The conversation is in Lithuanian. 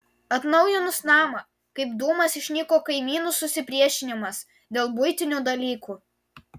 atnaujinus namą kaip dūmas išnyko kaimynų susipriešinimas dėl buitinių dalykų